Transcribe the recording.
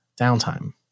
downtime